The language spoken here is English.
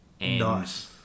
Nice